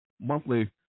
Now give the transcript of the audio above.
monthly